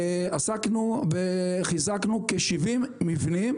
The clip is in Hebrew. עסקנו וחיזקנו כ-70 מבנים.